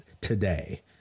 today